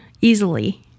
easily